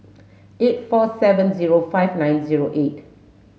eight four seven zero five nine zero eight